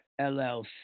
LLC